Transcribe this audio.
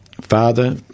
father